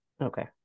Okay